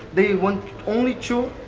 they want only to